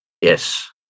Yes